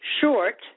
short